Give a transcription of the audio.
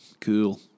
cool